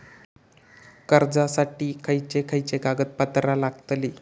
कर्जासाठी खयचे खयचे कागदपत्रा लागतली?